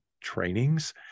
trainings